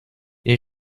die